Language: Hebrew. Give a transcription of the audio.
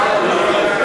ועדת המדע.